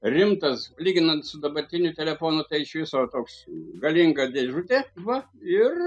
rimtas lyginant su dabartiniu telefonu tai iš viso toks galinga dėžutė va ir